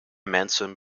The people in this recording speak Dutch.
mensen